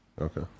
Okay